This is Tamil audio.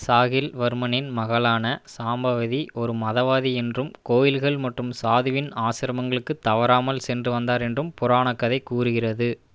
சாஹில் வர்மனின் மகளான சாம்பவதி ஒரு மதவாதி என்றும் கோயில்கள் மற்றும் சாதுவின் ஆசிரமங்களுக்குத் தவறாமல் சென்று வந்தார் என்றும் புராணக் கதை கூறுகிறது